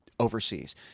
overseas